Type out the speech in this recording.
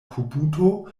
kubuto